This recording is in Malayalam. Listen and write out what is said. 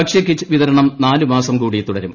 ഭക്ഷ്ടൂകിറ്റ് വിതരണം നാലുമാസം കൂടി തുടരും